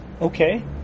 okay